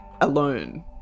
alone